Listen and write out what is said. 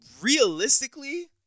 realistically